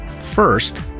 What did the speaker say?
First